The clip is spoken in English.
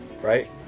right